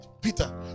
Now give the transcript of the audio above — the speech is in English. Peter